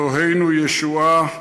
אלוהינו, ישועה,